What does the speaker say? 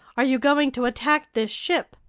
are you going to attack this ship?